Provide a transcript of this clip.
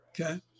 okay